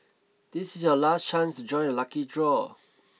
this is your last chance to join the lucky draw